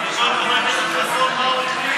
צריך לשמוע את חבר הכנסת חסון, מה הוא החליט.